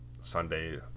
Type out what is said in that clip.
sunday